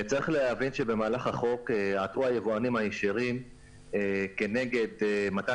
צריך להבין שבמהלך החוק עתרו היבואנים הישירים כנגד מתן